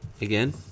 again